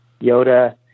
Yoda